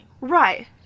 Right